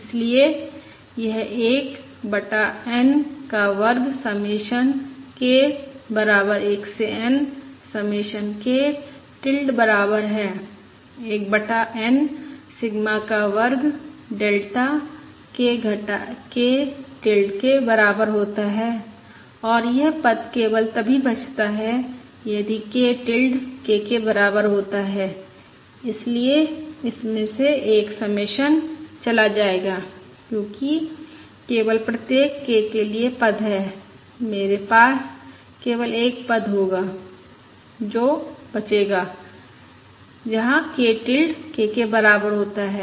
इसलिए यह 1 बटा N का वर्ग समेशन k बराबर 1 से N समेशन k टिल्ड बराबर है 1 बटा N सिग्मा का वर्ग delta k minus k tilde के बराबर होता और यह पद केवल तभी बचता है यदि k टिल्ड k के बराबर होता है इसलिए इसमें से एक समेशन चला जाएगा क्योंकि केवल प्रत्येक K के लिए पद है मेरे पास केवल एक पद होगा जो बचेगा जहां k टिल्ड K के बराबर होता है